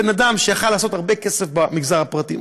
בן אדם שהיה יכול לעשות הרבה כסף במגזר הפרטי.